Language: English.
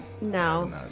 No